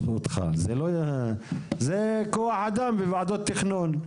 זה כוח אדם בוועדות תכנון,